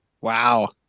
wow